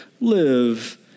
live